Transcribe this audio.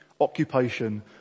occupation